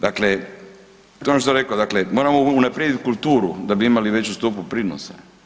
Dakle, to je ono što sam rekao, dakle moramo unaprijediti kulturu da bi imali veću stopu prinosa.